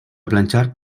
planchar